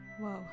Whoa